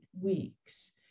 weeks